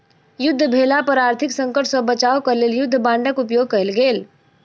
युद्ध भेला पर आर्थिक संकट सॅ बचाब क लेल युद्ध बांडक उपयोग कयल गेल